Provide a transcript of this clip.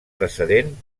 precedent